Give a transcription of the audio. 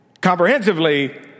comprehensively